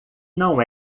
não